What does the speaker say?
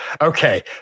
Okay